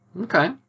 Okay